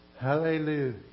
Hallelujah